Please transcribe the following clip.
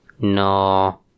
No